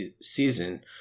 season